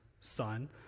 son